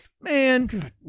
Man